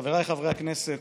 הקורס,